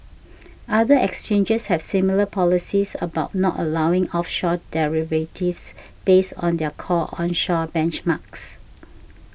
other exchanges have similar policies about not allowing offshore derivatives based on their core onshore benchmarks